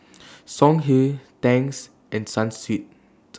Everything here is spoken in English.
Songhe Tangs and Sunsweet